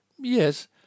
Yes